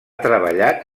treballat